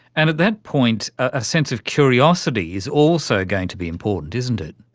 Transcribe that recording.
and at that point a sense of curiosity is also going to be important, isn't it.